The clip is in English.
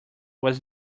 was